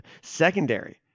secondary